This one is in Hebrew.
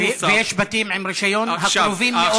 ויש בתים עם רישיון הקרובים מאוד לנחל.